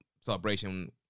celebration